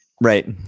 Right